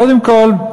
קודם כול,